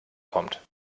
kommt